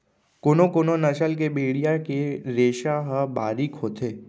कोनो कोनो नसल के भेड़िया के रेसा ह बारीक होथे